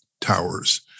towers